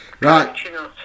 Right